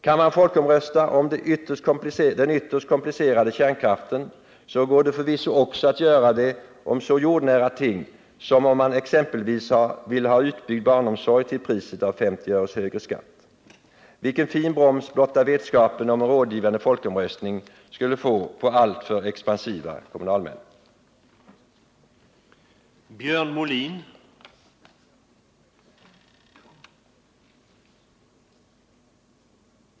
Kan man folkomrösta om den ytterst komplicerade kärnkraften så går det förvisso också att göra det om så jordnära ting som om man exempelvis vill ha utbyggd barnomsorg till priset av 50 öre högre skatt. Vilken fin broms blotta vetskapen om en rådgivande folkomröstning skulle utgöra på alltför expansiva kommunalmän!